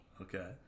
Okay